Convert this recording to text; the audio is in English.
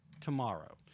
tomorrow